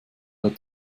hat